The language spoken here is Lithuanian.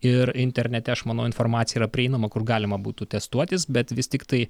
ir internete aš manau informacija yra prieinama kur galima būtų testuoti bet vis tiktai